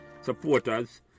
supporters